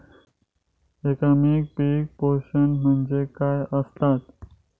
एकात्मिक पीक पोषण म्हणजे काय असतां?